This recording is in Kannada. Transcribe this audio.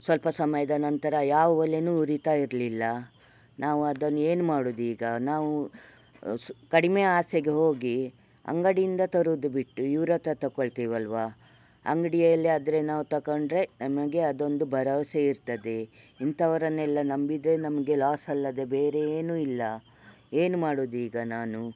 ಸ್ವಲ್ಪ ಸಮಯದ ನಂತರ ಯಾವ ಓಲೆಯೂ ಉರಿತಾ ಇರ್ಲಿಲ್ಲ ನಾವು ಅದನ್ನು ಏನು ಮಾಡೊದೀಗ ನಾವು ಸ ಕಡಿಮೆ ಆಸೆಗೆ ಹೋಗಿ ಅಂಗಡಿಯಿಂದ ತರೋದು ಬಿಟ್ಟು ಇವರತ್ರ ತೊಗೊಳ್ತೀವಲ್ವ ಅಂಗಡಿಯಲ್ಲಿ ಆದರೆ ನಾವು ತೊಗೊಂಡ್ರೆ ನಮಗೆ ಅದೊಂದು ಭರವಸೆ ಇರ್ತದೆ ಇಂಥವರನ್ನೆಲ್ಲ ನಂಬಿದರೆ ನಮಗೆ ಲಾಸ್ ಅಲ್ಲದೆ ಬೇರೆ ಏನೂ ಇಲ್ಲ ಏನು ಮಾಡೋದು ಈಗ ನಾನು